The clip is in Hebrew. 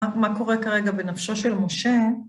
מה קורה כרגע בנפשו של משה?